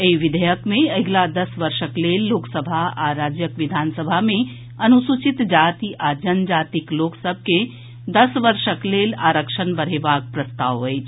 एहि विधेयक मे अगिला दस वर्षक लेल लोकसभा आ राज्यक विधानसभा मे अनुसूचित जाति आ जनजातिक लोक सभ के दस वर्षक लेल आरक्षण बढ़ेबाक प्रस्ताव अछि